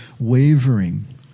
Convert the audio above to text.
wavering